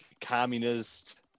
communist